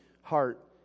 heart